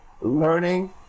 learning